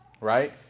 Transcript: right